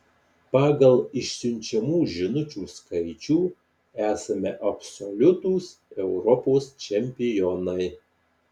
pagal išsiunčiamų žinučių skaičių esame absoliutūs europos čempionai